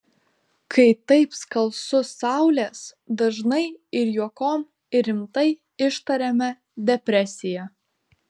kai taip skalsu saulės dažnai ir juokom ir rimtai ištariame depresija